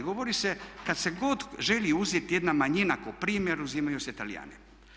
Govori se kada se god želi uzeti jedna manjina kao primjer, uzimaju se Talijani.